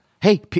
Hey